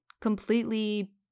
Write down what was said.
completely